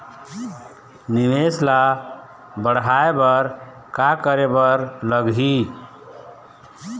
निवेश ला बड़हाए बर का करे बर लगही?